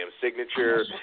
signature